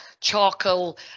charcoal